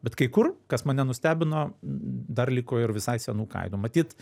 bet kai kur kas mane nustebino dar liko ir visai senų kainų matyt